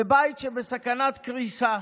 בבית שבסכנת קריסה.